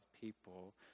people